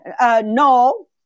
No